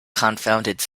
confounded